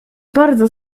bardzo